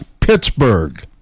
Pittsburgh